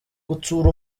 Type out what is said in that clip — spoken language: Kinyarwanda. gutsura